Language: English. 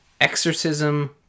exorcism